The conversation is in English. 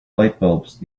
lightbulbs